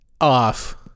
off